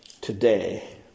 today